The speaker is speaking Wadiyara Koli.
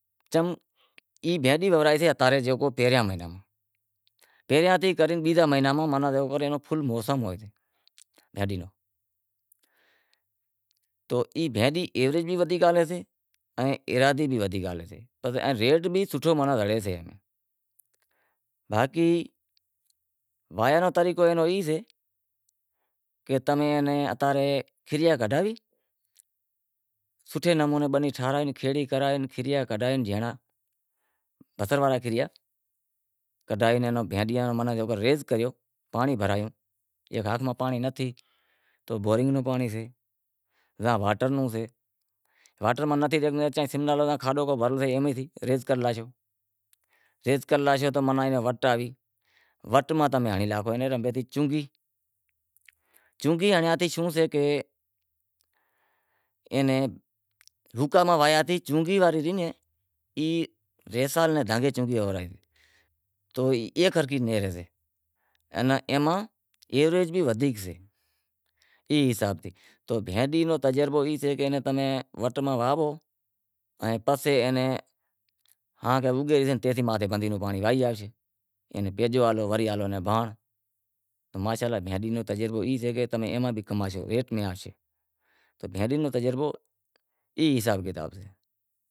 چم ای بھینڈی وہوارائیجسے اتا رے کھیریاں ماہ، کھیریاں میں بیزاں مہیناں جیوو کر ایئاں ری فل موسم ہوئے تی، بھینڈی ری، تو ای بھینڈی ایوریج بھی ودھیک آویسے ایئں ایراضی بھی ودھیک آویسے ان ریٹ بھی مانڑاں نیں سوٹھو زڑی سے، باقی واہیا رو طریقو ای سے کی تمیں اتا رے کھیریا کڈھاوی سوٹھے نمونے بنی ٹھراوے کھیڑی کرائے کھیرایا کڈھائے، بصر واڑا کھیریا، کڈھائے اینوں بھینڈیاں رو ماناں جیووکر ریز کریو پانڑی بھرایو واٹر روں پانڑی نتھی تو بورنگ رو پانڑی سے زاں واٹر روں سے، واٹر ماں نتھی تو کے سم نالے روں کھاڈو بھرل سے ایئاں ماں ریز کرے لاشوں، ریز کرے لاشوں تو ایئے ماں ماناں وٹ آوی، وٹ ماں ہنڑی ناکھو چوں کہ اینا شوں سے کہ اینا روکھا میں واہویا تی چونگی واری سے اے ماں ایوریج بھی ودھیک سے، تو ای حساب سے تجربو ای سے کہ تمیں ایئے نیں وٹ میں واہوو پسے اینے اوگے زاشے پسے پانڑی ہالو، ماشا الا بھینڈی رو تجربو ای سے کہ تمیں ای ماں بھی کماشو، تو بھینڈی رو تجربو ای حساب تی سے۔